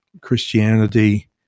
christianity